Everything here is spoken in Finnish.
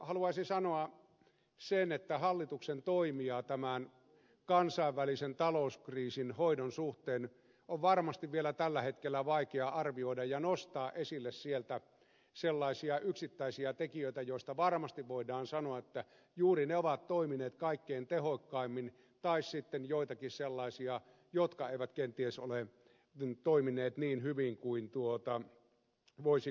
haluaisin sanoa sen että hallituksen toimia tämän kansainvälisen talouskriisin hoidon suhteen on varmasti vielä tällä hetkellä vaikea arvioida ja nostaa esille sieltä sellaisia yksittäisiä tekijöitä joista varmasti voidaan sanoa että juuri ne ovat toimineet kaikkein tehokkaimmin tai sitten joitakin sellaisia jotka eivät kenties ole toimineet niin hyvin kuin voisi kuvitella